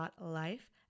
life